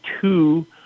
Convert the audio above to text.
two